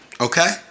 Okay